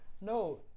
No